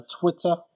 Twitter